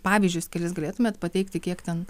pavyzdžius kelis galėtumėt pateikti kiek ten